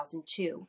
2002